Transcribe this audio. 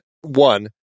one